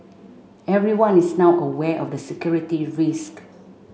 everyone is now aware of the security risk